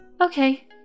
Okay